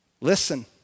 Listen